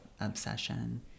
obsession